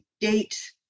date